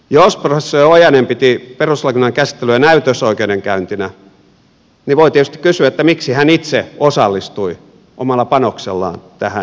jos professori ojanen piti perustuslakivaliokunnan käsittelyä näytösoikeudenkäyntinä niin voi tietysti kysyä miksi hän itse osallistui omalla panoksellaan tähän näytösoikeudenkäyntiin